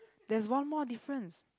there's one more difference